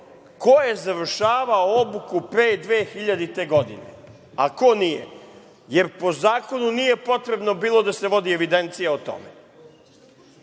ko je završavao obuku pre 2000. godine, a ko nije jer po zakonu nije bilo potrebno da se vodi evidencija o tome.